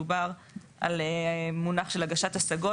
מדובר על מונח של הגשת השגות,